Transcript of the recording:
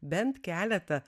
bent keletą